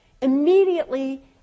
immediately